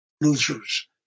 losers